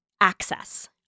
access